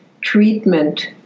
treatment